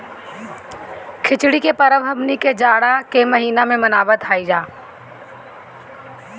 खिचड़ी के परब हमनी के जाड़ा के महिना में मनावत हई जा